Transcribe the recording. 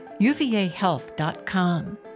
uvahealth.com